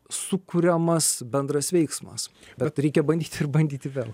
sukuriamas bendras veiksmas bet reikia bandyti ir bandyti vėl